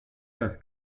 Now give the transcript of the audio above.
das